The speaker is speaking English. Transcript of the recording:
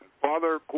Father